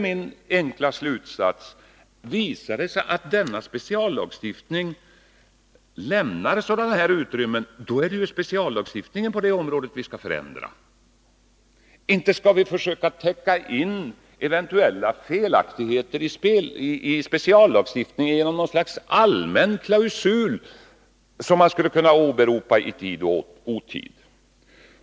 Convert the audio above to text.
Min enkla slutsats är då: Visar det sig att denna speciallagstiftning lämnar sådana utrymmen, då är det speciallagstiftningen på det området som vi måste förändra. Inte skall vi väl försöka täcka in eventuella felaktigheter i speciallagstiftningen genom något slag av allmän klausul som kan åberopas i tid och otid.